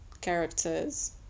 characters